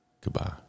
Goodbye